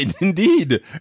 Indeed